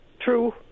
true